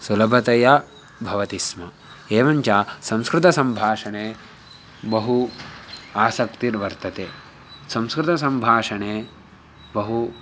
सुलभतया भवति स्म एवं च संस्कृतसम्भाषणे बहु आसक्तिर्वर्तते संस्कृतसम्भाषणे बहु